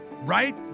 right